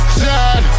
sad